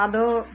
ᱟᱫᱚ